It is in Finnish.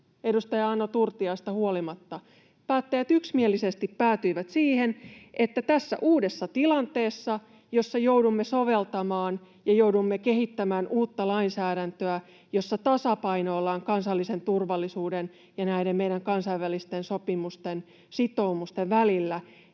edustaja Ano Turtiaisesta huolimatta — päätyivät siihen, että tässä uudessa tilanteessa, jossa joudumme soveltamaan ja joudumme kehittämään uutta lainsäädäntöä, jossa tasapainoillaan kansallisen turvallisuuden ja näiden meidän kansainvälisten sopimusten sitoumusten välillä,